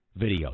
videos